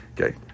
Okay